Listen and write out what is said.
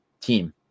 team